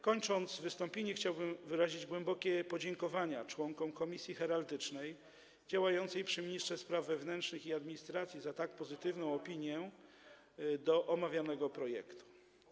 Kończąc wystąpienie, chciałbym wyrazić głębokie podziękowania członkom Komisji Heraldycznej działającej przy ministrze spraw wewnętrznych i administracji za tak pozytywną opinię odnośnie do omawianego projektu.